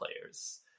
players